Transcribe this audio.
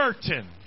certain